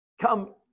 come